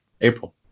april